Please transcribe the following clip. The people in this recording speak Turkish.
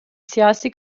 siyasi